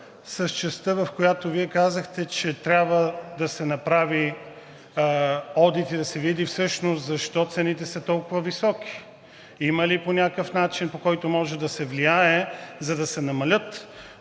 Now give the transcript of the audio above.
с частта, в която Вие казахте, че трябва да се направи одит и да се види всъщност защо цените са толкова високи, има ли някакъв начин, по който може да се влияе, за да се намалят,